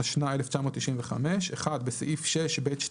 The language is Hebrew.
התשנ"ה-1995 - (1)בסעיף 6(ב2)